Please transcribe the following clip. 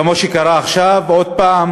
כמו שקרה עכשיו עוד פעם.